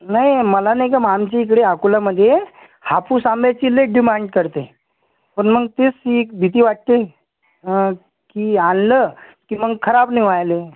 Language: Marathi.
नाही मला नाही का आमच्या इकडे अकोलामध्ये हापूस आंब्याची लई डिमांड करते पण मग तीच एक भीती वाटते की आणलं की मग खराब नाही व्हायला